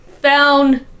found